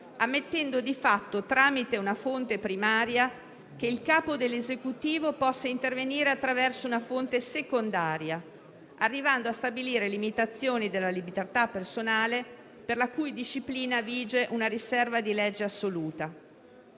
ammettendo di fatto - tramite una fonte primaria - che il Capo dell'Esecutivo possa intervenire attraverso una fonte secondaria, arrivando a stabilire limitazioni della libertà personale, per la cui disciplina vige una riserva di legge assoluta.